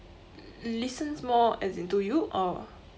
listens more as in to you or